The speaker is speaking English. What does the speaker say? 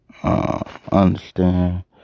Understand